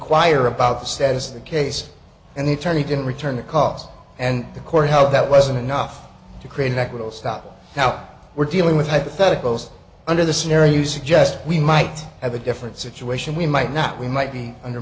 enquire about the status of the case and the attorney didn't return the calls and the court how that wasn't enough to create an equitable stop now we're dealing with hypotheticals under the scenario you suggest we might have a different situation we might not we might be under